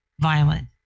violent